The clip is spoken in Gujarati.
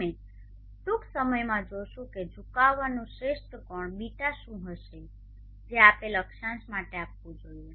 અમે ટૂંક સમયમાં જોશું કે ઝુકાવનું શ્રેષ્ઠ કોણ ß શું હશે જે આપેલ અક્ષાંશ માટે આપવું જોઈએ